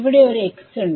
അവിടെ ഒരു x ഉണ്ട്